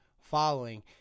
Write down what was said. following